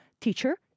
teacher